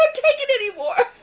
take it anymore.